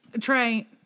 Trey